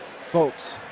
folks